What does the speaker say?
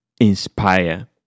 inspire